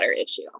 issue